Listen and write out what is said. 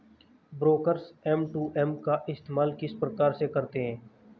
Brokers M two M का इस्तेमाल किस प्रकार से करते हैं?